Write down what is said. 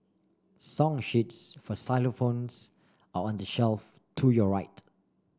song sheets for xylophones are on the shelf to your right